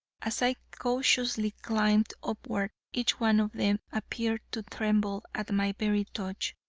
as i cautiously climbed upward, each one of them appeared to tremble at my very touch,